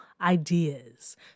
ideas